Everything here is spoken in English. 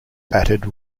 batted